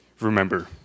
remember